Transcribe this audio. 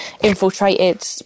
infiltrated